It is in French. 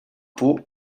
pot